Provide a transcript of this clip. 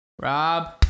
Rob